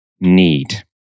need